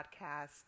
podcast